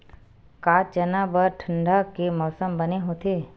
का चना बर ठंडा के मौसम बने होथे?